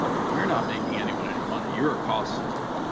you're not making anyone any money. you're a cost center.